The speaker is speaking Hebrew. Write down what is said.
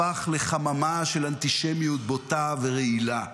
הפך לחממה של אנטישמיות בוטה ורעילה.